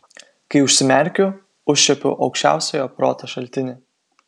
kai užsimerkiu užčiuopiu aukščiausiojo proto šaltinį